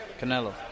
Canelo